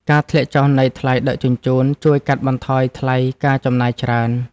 ការធ្លាក់ចុះនៃថ្លៃដឹកជញ្ជូន ជួយកាត់បន្ថយថ្លៃការចំណាយច្រើន។